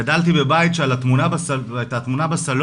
גדלתי בבית שהתמונה בסלון,